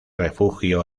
refugio